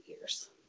years